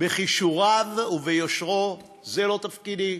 בכישוריו וביושרו, זה לא תפקידי,